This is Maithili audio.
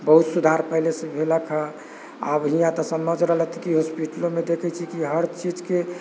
बहुत सुधार पहिनेसँ भेलक हए आब यहाँ तऽ न समझि रहलथि कि हॉस्पिटलोमे देखैत छी कि हर चीजके